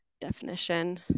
definition